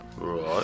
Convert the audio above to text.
Right